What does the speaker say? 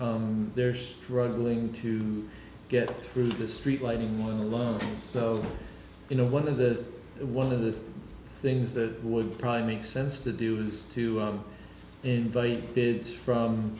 they're struggling to get through the street lighting low so you know one of the one of the things that would probably make sense to do is to invite kids from